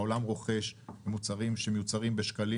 העולם רוכש מוצרים שמיוצרים בשקלים